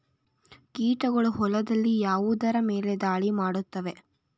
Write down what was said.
ಕೀಟಗಳು ಹೊಲದಲ್ಲಿ ಯಾವುದರ ಮೇಲೆ ಧಾಳಿ ಮಾಡುತ್ತವೆ?